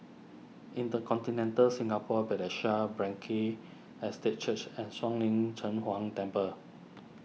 Intercontinental Singapore Bethesda Frankel Estate Church and Shuang Lin Cheng Huang Temple